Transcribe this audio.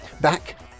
back